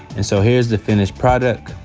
and so here's the finished product.